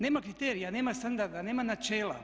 Nema kriterija, nema standarda, nema načela.